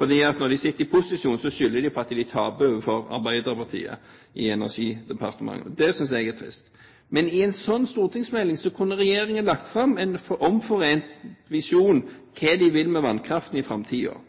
når de sitter i posisjon, skylder de på at de vil tape for Arbeiderpartiet i Olje- og energidepartementet. Det synes jeg er trist. Men i en slik stortingsmelding kunne regjeringen ha lagt fram en omforent visjon om hva de vil med vannkraften i framtiden.